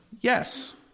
yes